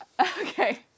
Okay